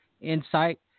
Insight